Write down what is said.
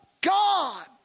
God